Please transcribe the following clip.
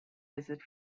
visit